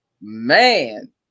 man